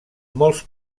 molts